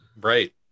right